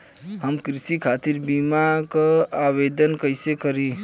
हम कृषि खातिर बीमा क आवेदन कइसे करि?